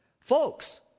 Folks